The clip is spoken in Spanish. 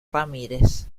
ramírez